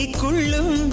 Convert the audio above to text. kulam